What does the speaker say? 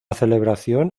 celebración